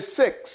six